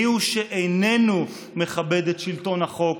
מיהו שאיננו מכבד את שלטון החוק?